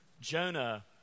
Jonah